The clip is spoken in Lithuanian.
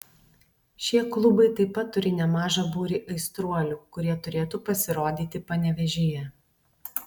šie klubai taip pat turi nemažą būrį aistruolių kurie turėtų pasirodyti panevėžyje